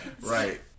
Right